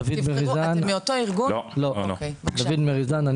דוד מריזן,